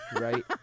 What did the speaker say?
right